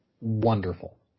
wonderful